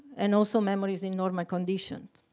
and also memories in normal conditions.